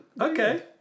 okay